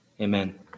Amen